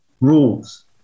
rules